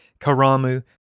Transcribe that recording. Karamu